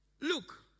look